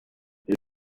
here